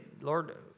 Lord